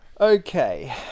okay